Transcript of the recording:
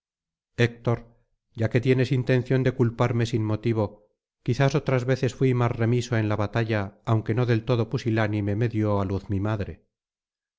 héctor ya que tienes intención de culparme sin motivo quizás otras veces fui más remiso en la batalla aunque no del todo pusilánime me dio á luz mi madre